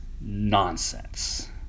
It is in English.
nonsense